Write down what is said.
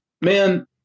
man